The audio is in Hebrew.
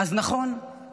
נכון.